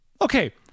Okay